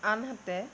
আনহাতে